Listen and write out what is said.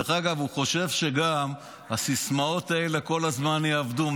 הוא חושב שגם הסיסמאות האלה כל הזמן יעבדו,